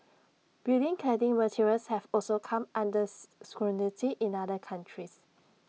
building cladding materials have also come under scrutiny in other countries